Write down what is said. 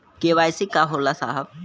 KYC का होला साहब?